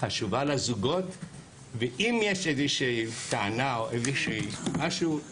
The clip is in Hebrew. חשובה לזוגות ואם יש איזושהי טענה תמיד